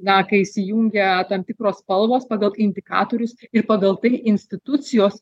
na kai įsijungia tam tikros spalvos pagal indikatorius ir pagal tai institucijos